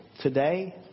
today